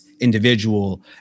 individual